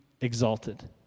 exalted